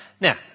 Now